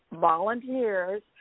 volunteers